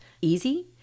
easy